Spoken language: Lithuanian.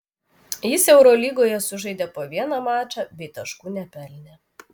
jis eurolygoje sužaidė po vieną mačą bei taškų nepelnė